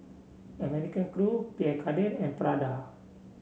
American Crew Pierre Cardin and Prada